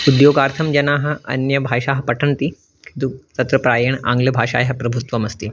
उद्योगार्थं जनाः अन्यभाषाः पठन्ति किन्तु तत्र प्रायेण आङ्ग्लभाषायाः प्रभुत्वम् अस्ति